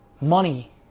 Money